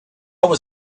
was